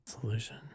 solution